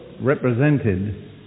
represented